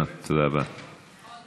ההצעה להעביר את הנושא לוועדת הכספים נתקבלה.